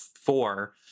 four